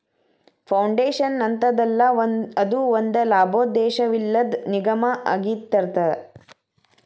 foundation ಅಂತದಲ್ಲಾ, ಅದು ಒಂದ ಲಾಭೋದ್ದೇಶವಿಲ್ಲದ್ ನಿಗಮಾಅಗಿರ್ತದ